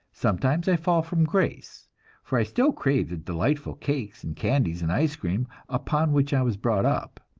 sometimes i fall from grace for i still crave the delightful cakes and candies and ice cream upon which i was brought up.